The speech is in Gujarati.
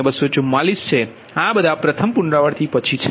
0244 છે આ બધા પ્રથમ પુનરાવૃત્તિ પછી છે